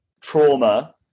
trauma